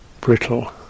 brittle